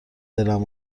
دلم